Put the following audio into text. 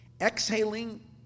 Exhaling